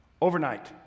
Overnight